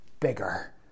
bigger